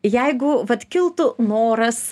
jeigu vat kiltų noras